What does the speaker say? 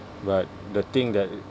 but the thing that